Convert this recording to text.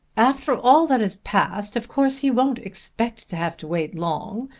after all that has passed of course he won't expect to have to wait long,